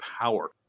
power